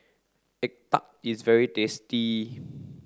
egg tart is very tasty